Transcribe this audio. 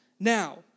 Now